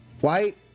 white